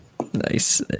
nice